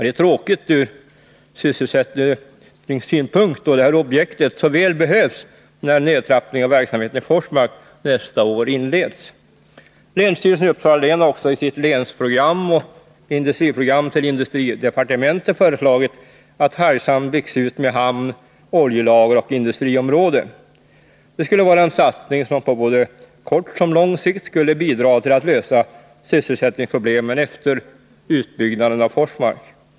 Det är tråkigt från sysselsättningssynpunkt, då det här objektet så väl behövs när nedtrappningen av verksamheten i Forsmark nästa år inleds. Länsstyrelsen i Uppsala län har också i sitt länsprogram och industriprogram till industridepartementet föreslagit att Hargshamn byggs ut med hamn, oljelager och industriområde. Det är en satsning som på både kort och lång sikt skulle bidra till att lösa sysselsättningsproblemen efter utbyggnaden av Forsmark.